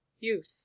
youth